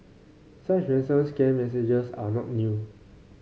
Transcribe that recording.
such ransom scam messages are not new